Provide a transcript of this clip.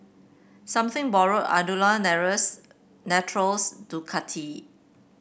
Something Borrowed Andalou Naturals Ducati